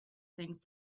things